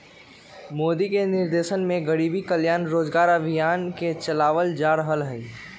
मोदी के निर्देशन में गरीब कल्याण रोजगार अभियान के चलावल जा रहले है